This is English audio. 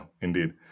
indeed